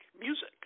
music